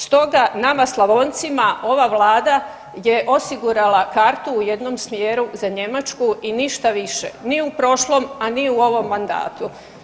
Stoga nama Slavoncima ova vlada je osigurala kartu u jednom smjeru za Njemačku i ništa više ni u prošlom, a ni u ovom mandatu.